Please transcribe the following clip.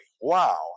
Wow